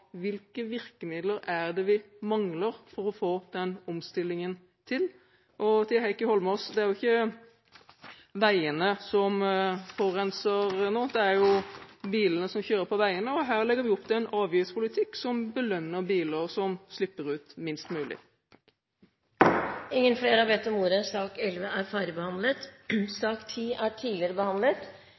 hvilke virkemidler vi mangler for å få til den omstillingen. Og til Heikki Eidsvoll Holmås: Det er jo ikke veiene som forurenser nå, det er bilene som kjører på veiene, og her legger vi opp til en avgiftspolitikk som belønner biler som slipper ut minst mulig. Flere har ikke bedt om ordet til sak nr. 10. Sak nr. 11 er behandlet tidligere, og Stortinget går over til sak nr. 12. Jeg er